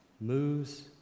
moves